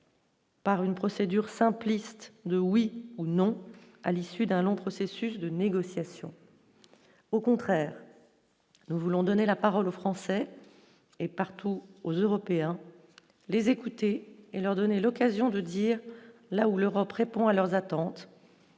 Par une procédure simpliste de oui ou non, à l'issue d'un long processus de négociation, au contraire, nous voulons donner la parole aux Français et partout aux Européens les écouter et leur donner l'occasion de dire là où l'Europe répond à leurs attentes.